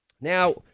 Now